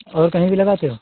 और कही भी लगाते हो